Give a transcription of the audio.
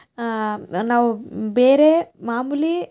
ನಾವು ಬೇರೆ ಮಾಮೂಲಿ